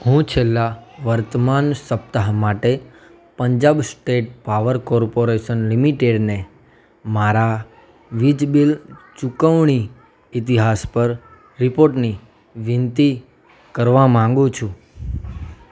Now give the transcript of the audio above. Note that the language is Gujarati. હું છેલ્લા વર્તમાન સપ્તાહ માટે પંજાબ સ્ટેટ પાવર કોર્પોરેશન લિમિટેડને મારા વીજ બિલ ચૂકવણી ઇતિહાસ પર રિપોર્ટની વિનંતી કરવા માંગુ છું